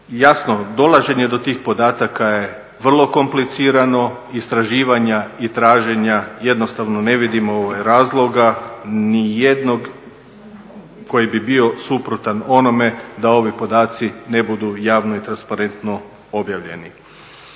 Jasno, dolaženje do tih podataka je vrlo komplicirano, istraživanja i traženja jednostavno ne vidimo razloga ni jednog koji bi bio suprotan onome da ovi podaci ne budu javno i transparentno objavljeni.